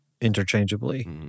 interchangeably